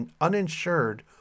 uninsured